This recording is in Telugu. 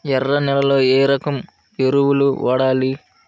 ఎర్ర నేలలో ఏ రకం ఎరువులు వాడాలి?